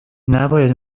نباید